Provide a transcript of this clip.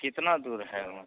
कितना दूर है वहाँ से